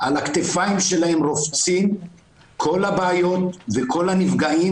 על הכתפיים שלהם רובצים כל הבעיות וכל הנפגעים